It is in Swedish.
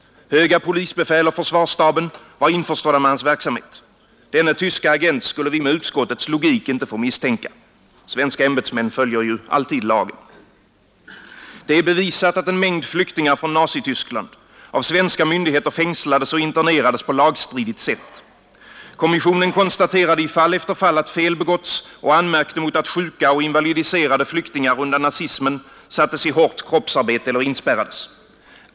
Höga polisbefäl och försvarsstaben var införstådda med hans verksamhet. Denne tyske agent skulle vi med utskottets logik inte få misstänka. Svenska ämbetsmän följer ju alltid lagen. Det är bevisat att en mängd flyktingar från Nazityskland av svenska myndigheter fängslades och internerades på lagstridigt sätt. Kommissionen konstaterade i fall efter fall att fel begåtts och anmärkte på att sjuka och invalidiserade människor som flytt undan nazismen sattes i hårt kroppsarbete eller inspärrades.